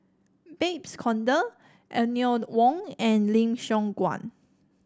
Babes Conde Eleanor Wong and Lim Siong Guan